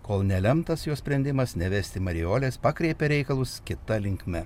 kol nelemtas jo sprendimas nevesti marijolės pakreipė reikalus kita linkme